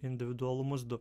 individualumas du